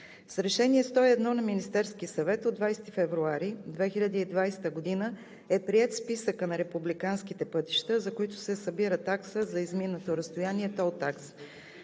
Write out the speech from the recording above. С Решение № 101 на Министерския съвет от 20 февруари 2020 г. е приет списъкът на републиканските пътища, за които се събира такса за изминато разстояние – тол такса.